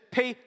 pay